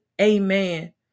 Amen